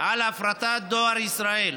על הפרטת דואר ישראל.